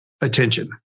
attention